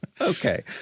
Okay